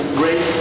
great